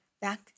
back